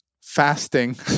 fasting